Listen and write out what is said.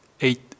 eight